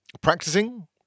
practicing